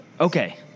okay